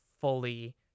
fully